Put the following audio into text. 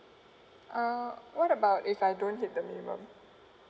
uh what about if I don't hit the minimum